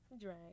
Drag